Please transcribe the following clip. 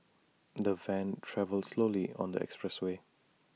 the van travelled slowly on the expressway